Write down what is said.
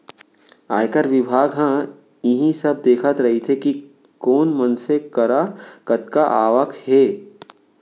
आयकर बिभाग ह इही सब देखत रइथे कि कोन मनसे करा कतका आवक हे